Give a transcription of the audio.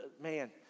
Man